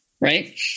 Right